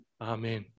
Amen